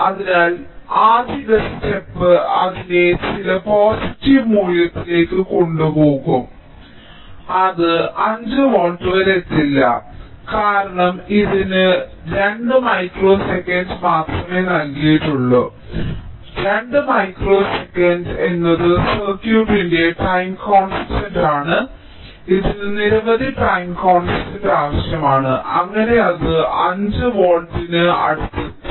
അതിനാൽ ആദ്യ ഘട്ടം അതിനെ ചില പോസിറ്റീവ് മൂല്യത്തിലേക്ക് കൊണ്ടുപോകും അത് 5 വോൾട്ട് വരെ എത്തില്ല കാരണം ഞങ്ങൾ ഇതിന് 2 മൈക്രോ സെക്കൻഡ് മാത്രമേ നൽകിയിട്ടുള്ളൂ 2 മൈക്രോ സെക്കൻഡ് എന്നത് സർക്യൂട്ടിന്റെ ടൈം കോൺസ്റ്റന്റ് ആണ് ഇതിന് നിരവധി ടൈം കോൺസ്റ്റന്റ് ആവശ്യമാണ് അങ്ങനെ അത് 5 വോൾട്ടിന് അടുത്ത് എത്തും